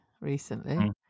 recently